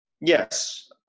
yes